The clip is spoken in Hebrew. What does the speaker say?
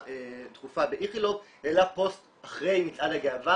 דחופה באיכילוב העלה פוסט אחרי מצעד הגאווה,